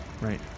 right